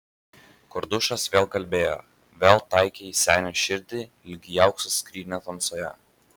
kordušas vėl kalbėjo vėl taikė į senio širdį lyg į aukso skrynią tamsoje